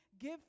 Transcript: give